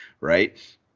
Right